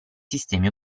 sistemi